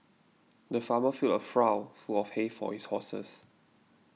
the farmer filled a trough full of hay for his horses